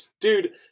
dude